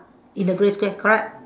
in the grey square correct